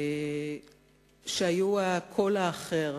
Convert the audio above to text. שהיו הקול האחר,